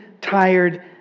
tired